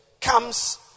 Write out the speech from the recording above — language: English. comes